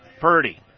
Purdy